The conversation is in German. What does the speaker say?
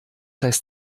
heißt